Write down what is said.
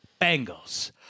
Bengals